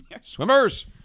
Swimmers